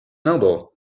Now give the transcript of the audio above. noble